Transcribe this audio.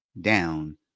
down